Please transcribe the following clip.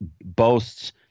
boasts